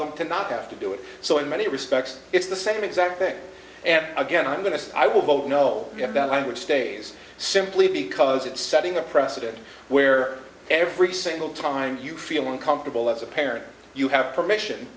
them to not have to do it so in many respects it's the same exact thing and again i'm going to say i will vote no you have that language stays simply because it's setting a precedent where every single time you feel uncomfortable as a parent you have permission